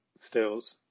stills